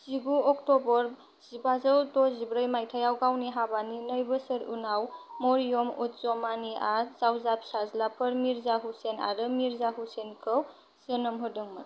जिगु अक्ट'बर जिबाजौ द'जिब्रै माइथायाव गावनि हाबानि नै बोसोर उनाव मरियम उज्जमानिआ जावजा फिसाज्लाफोर मिर्जा हुसैन आरो मिर्जा हुसैनखौ जोनोम होदोंमोन